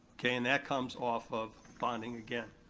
okay, and that comes off of bonding again.